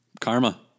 Karma